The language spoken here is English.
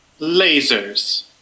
Lasers